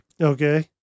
Okay